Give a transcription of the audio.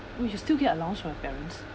oo you still get allowance from your parents